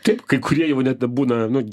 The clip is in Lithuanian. taip kai kurie jau net būna nu